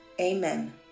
Amen